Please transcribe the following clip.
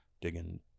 digging